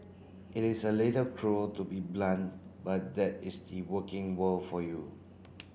it is a little cruel to be blunt but that is the working world for you